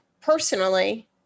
personally